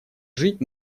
жить